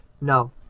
No